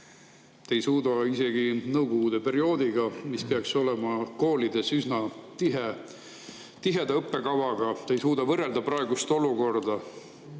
Te ei suuda isegi nõukogude perioodiga, mis peaks olema koolides üsna tiheda õppekavaga, võrrelda praegust olukorda.